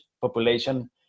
population